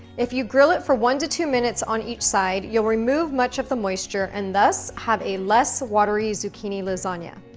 if you grill it for one to two minutes on each side, you'll remove much of the moisture, and thus have a less watery zucchini lasagna.